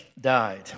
died